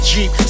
Jeep